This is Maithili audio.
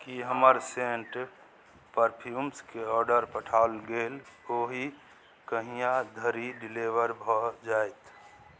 कि हमर सेन्ट परफ्यूम्सके ऑडर पठाओल गेल ओ ई कहिआधरि डिलिवर भऽ जाएत